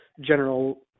general